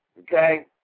Okay